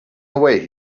away